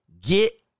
Get